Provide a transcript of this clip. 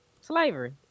Slavery